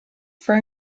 for